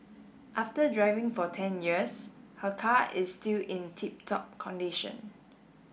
after driving for ten years her car is still in tip top condition